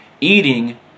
eating